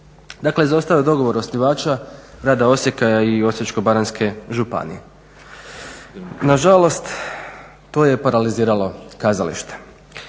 Dakle, izostajao je dogovor osnivača grada Osijeka i Osječko-baranjske županije. Nažalost, to je paraliziralo kazalište,